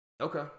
Okay